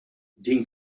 din